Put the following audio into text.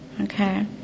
Okay